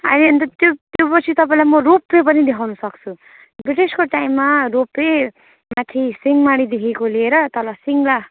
अहिले अन्त त्यो त्योपछि तपाईँलाई म रोपवे पनि देखाउनु सक्छु ब्रिटिसको टाइममा रोपवे माथि सिंहमारीदेखिको लिएर तल सिङ्ला